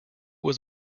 was